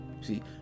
See